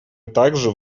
также